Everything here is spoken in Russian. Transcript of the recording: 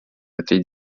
этой